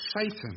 Satan